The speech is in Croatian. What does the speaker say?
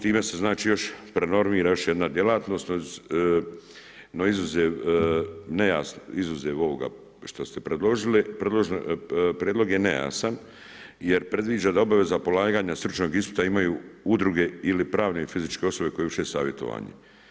Time se znači još prenormira još jedna djelatnost, no izuzev ovoga što ste predložili prijedlog je nejasan jer predviđa da obaveza polaganja stručnog ispita imaju udruge ili pravne fizičke osobe koje vrše savjetovanje.